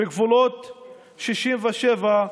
בגבולות 67',